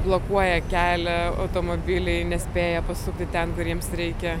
blokuoja kelią automobiliai nespėja pasukti ten kur jiems reikia